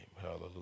Hallelujah